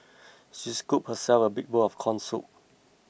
she scooped herself a big bowl of Corn Soup